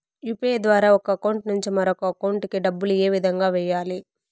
UPI ద్వారా ఒక account నుంచి మరొక అకౌంట్ కి డబ్బులు ఏ విధంగా వెయ్యాలి